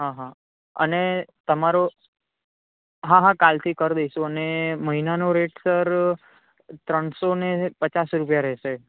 હા હા અને તમારો હા હા કાલથી કરી દઈશું અને મહિનાનો રેટ સર ત્રણ સો ને પચાસ રૂપિયા રહેશે